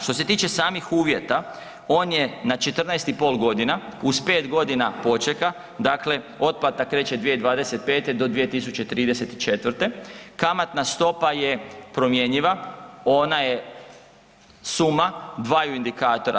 Što se tiče samih uvjeta on je na 14,5 godina uz 5 godina počeka, dakle otplata kreće 2025. do 2034., kamatna stopa je promjenjiva, ona je suma dvaju indikatora.